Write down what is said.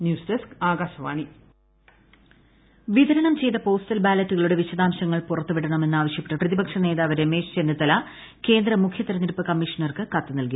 news desk Akashvani കൃഷകകകകക postal ballot വിതരണം ചെയ്ത പോസ്റ്റൽ ബാലറ്റുകളുടെ വിശദാംശങ്ങൾ പുറത്ത് വിടണമെന്നാവശ്യപ്പെട്ട് പ്രതിപക്ഷ നേതാവ് രമേശ് ചെന്നിത്തല കേന്ദ്ര മുഖ്യ തിരഞ്ഞെടുപ്പ് കമ്മീഷണർക്ക് കത്ത് നൽകി